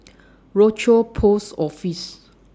Rochor Post Office